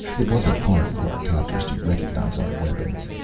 it wasn't hard for our captors to recognize our weapons.